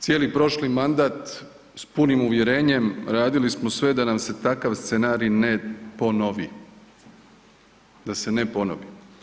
Cijeli prošli mandat s punim uvjerenjem radili smo sve da nam se takav scenarij ne ponovi, da se ne ponovi.